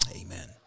Amen